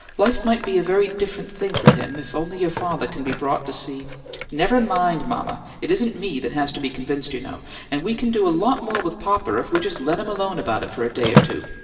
life might be a very different thing for him if only your father can be brought to see never mind, mama! it isn't me that has to be convinced, you know and we can do a lot more with papa if we just let him alone about it for a day or two.